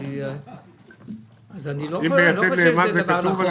אני חושב שזה לא דבר נכון.